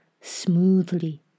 smoothly